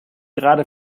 gerade